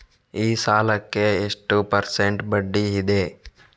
ಈ ಸಾಲಕ್ಕೆ ಎಷ್ಟು ಪರ್ಸೆಂಟ್ ಬಡ್ಡಿ ಇದೆ?